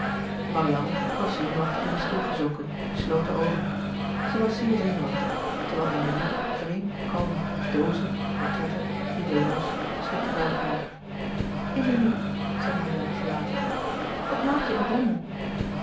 marianne was zenuwachtig in een stoel gezonken sloot de oogen zij was zeer zenuwachtig terwijl emilie vreemd kalm doozen portretten bibelots schikte bij elkaâr emilie zei marianne gelaten wat maak je een rommel